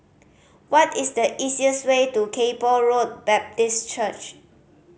what is the easiest way to Kay Poh Road Baptist Church